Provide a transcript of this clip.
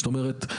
זאת אומרת,